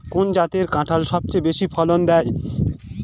কোন জাতের কাঁঠাল সবচেয়ে বেশি ফলন দেয়?